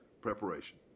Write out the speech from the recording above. Preparation